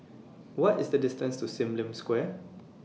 What IS The distance to SIM Lim Square